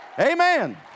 amen